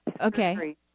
Okay